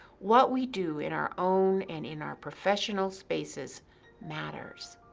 what we do in our own and in our professional spaces matters.